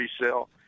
resell